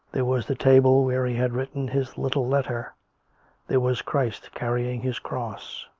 there was the table where he had written his little letter there was christ carrying his cross.